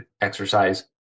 exercise